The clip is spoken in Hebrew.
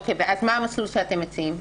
אוקיי, ואז מה המסלול שאתם מציעים?